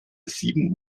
sieben